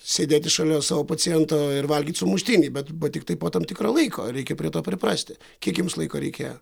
sėdėti šalia savo paciento ir valgyt sumuštinį bet tiktai po tam tikro laiko reikia prie to priprasti kiek jums laiko reikėjo